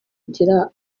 agira